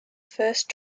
first